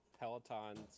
Peloton